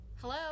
Hello